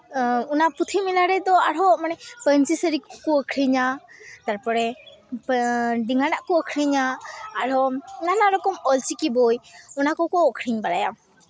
ᱚᱱᱟ ᱯᱩᱛᱷᱤ ᱢᱮᱞᱟ ᱨᱮᱫᱚ ᱟᱨᱦᱚᱸ ᱢᱟᱱᱮ ᱯᱟᱹᱧᱪᱤ ᱥᱟᱹᱲᱤ ᱠᱚᱠᱚ ᱟᱹᱠᱷᱨᱤᱧᱟ ᱛᱟᱨᱯᱚᱨᱮ ᱰᱮᱝᱜᱟᱱᱟᱜ ᱠᱚ ᱟᱹᱠᱷᱨᱤᱧᱟ ᱟᱨᱦᱚᱸ ᱱᱟᱱᱟ ᱨᱚᱠᱚᱢ ᱚᱞᱪᱤᱠᱤ ᱵᱳᱭ ᱚᱱᱟ ᱠᱚᱠᱚ ᱟᱹᱠᱷᱨᱤᱧ ᱵᱟᱲᱟᱭᱟ